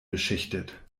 beschichtet